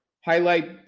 highlight